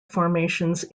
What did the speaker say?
formations